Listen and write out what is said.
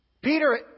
Peter